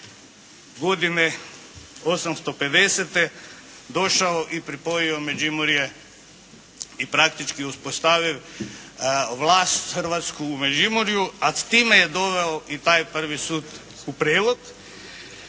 godine '850., došao i pripojio Međimurje i praktički uspostavio vlast hrvatsku u Međimurju, a s time je doveo i taj prvi sud u Prelog.